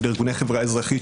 של ארגוני חברה אזרחית,